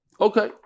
Okay